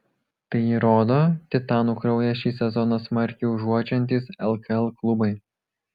tai įrodo titanų kraują šį sezoną smarkiai uodžiantys lkl klubai